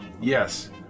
Yes